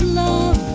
love